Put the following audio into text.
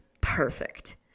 perfect